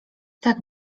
tak